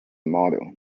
model